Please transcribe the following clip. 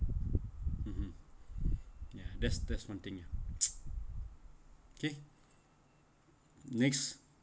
(uh huh) ya that's that's one thing lah okay next